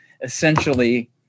essentially